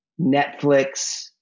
Netflix